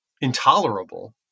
intolerable